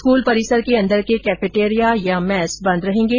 school परिसर के अंदर के कैफेटेरिया या मैस बंद रहेंगे